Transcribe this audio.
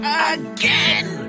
again